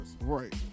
Right